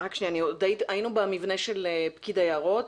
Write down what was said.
היינו במבנה של פקיד היערות.